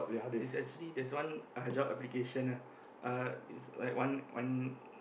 it's actually there's one uh job application ah uh it's like one one